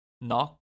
Knock